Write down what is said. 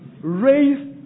Raise